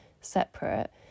separate